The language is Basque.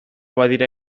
badira